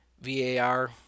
VAR